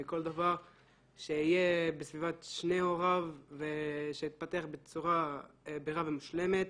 שיהיה בסביבת שני הוריו ושיתפתח בצורה בריאה ומושלמת.